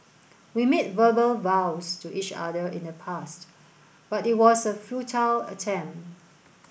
we made verbal vows to each other in the past but it was a futile attempt